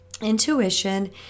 Intuition